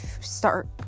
start